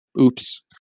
Oops